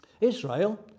Israel